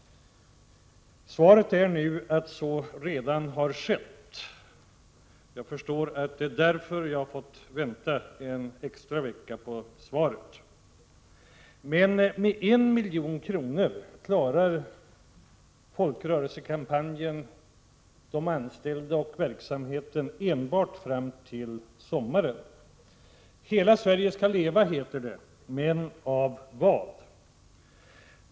Svaret på min fråga blev nu att ”så har redan skett”. Jag förstår att det var för att svaret skulle kunna bli detta som jag har fått vänta en extra vecka på det. Men med 1 milj.kr. klarar sig folkrörelsekampanjen, de anställda och verksamheten enbart fram till sommaren. ”Hela Sverige skall leva”, heter det, men av vad?